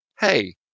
hey